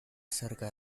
acerca